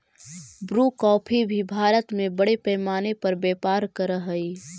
Bru coffee भी भारत में बड़े पैमाने पर व्यापार करअ हई